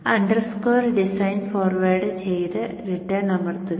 underscore design forward ചെയ്ത് return അമർത്തുക